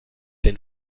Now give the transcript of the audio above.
den